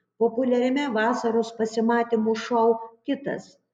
populiariame vasaros pasimatymų šou kitas